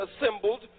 assembled